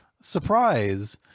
surprise